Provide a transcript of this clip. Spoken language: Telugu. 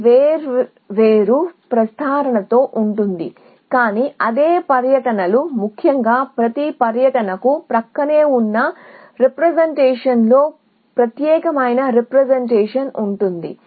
ఇది వేర్వేరు ప్రస్తారణతో ఉంటుంది కానీ అదే పర్యటనలు ముఖ్యంగా ప్రతి పర్యటనకు ప్రక్కనే ఉన్న రీప్రెజెంటేషన్ లో ప్రత్యేకమైన రీప్రెజెంటేషన్ ఉంటుంది